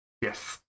Yes